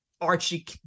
Archie